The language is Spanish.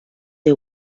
the